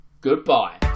goodbye